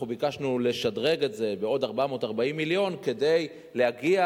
אנחנו ביקשנו לשדרג את זה בעוד 440 מיליון כדי להגיע,